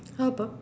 how about